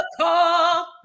Call